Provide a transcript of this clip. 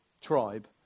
tribe